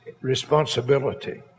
responsibility